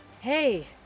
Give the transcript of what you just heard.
Hey